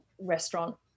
restaurant